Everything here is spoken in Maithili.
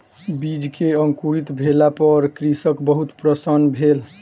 बीज के अंकुरित भेला पर कृषक बहुत प्रसन्न भेल